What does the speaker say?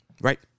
Right